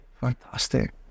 Fantastic